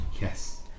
Yes